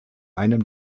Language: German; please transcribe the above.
einem